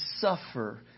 suffer